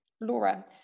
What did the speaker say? Laura